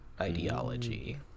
ideology